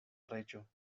reĝo